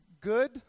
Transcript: good